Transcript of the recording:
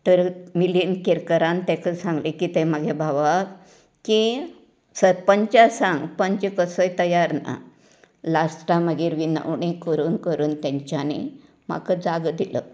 तर मिलिंद केरकरान तेका सांगले कितें मागे भावाक की सरपंचाक सांग पंच कसोय तयार ना लास्टाक मागीर विनवणी करून करून तेंच्यानी म्हाका जागो दिलो